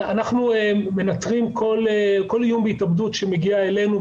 אנחנו מנטרים כל איום בהתאבדות שמגיע אלינו,